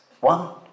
One